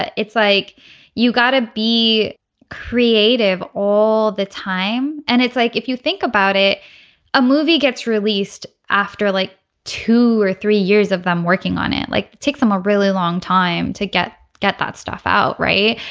it's like you got to be creative all the time. and it's like if you think about it a movie gets released after like two or three years of them working on it like take them a really long time to get get that stuff out right.